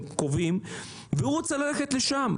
הוא רוצה ללכת לשם.